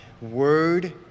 word